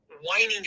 whining